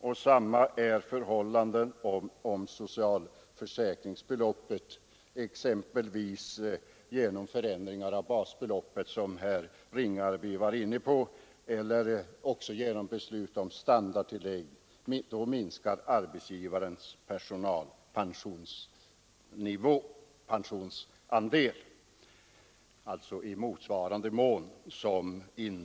Och om socialförsäkringsbeloppet ökar — exempelvis genom förändringar av basbeloppet, vilket herr Ringaby var inne på, eller genom beslut om standardtillägg — minskar arbetsgivarens personalpensionsandel i motsvarande mån.